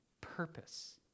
purpose